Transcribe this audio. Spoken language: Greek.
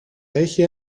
έχει